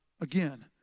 again